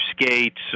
skates